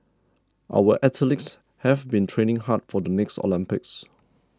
our athletes have been training hard for the next Olympics